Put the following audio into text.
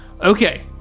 Okay